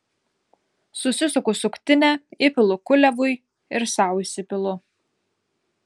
susisuku suktinę įpilu kuliavui ir sau įsipilu